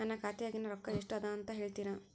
ನನ್ನ ಖಾತೆಯಾಗಿನ ರೊಕ್ಕ ಎಷ್ಟು ಅದಾ ಅಂತಾ ಹೇಳುತ್ತೇರಾ?